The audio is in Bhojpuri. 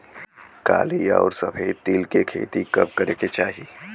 काली अउर सफेद तिल के खेती कब करे के चाही?